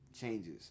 Changes